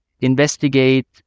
investigate